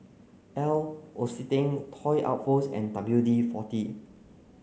L'Occitane Toy Outpost and W D forty